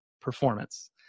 performance